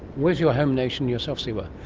where is your home nation yourself, siwa?